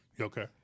Okay